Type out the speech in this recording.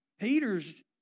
Peter's